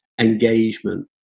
engagement